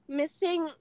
missing